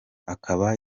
akaba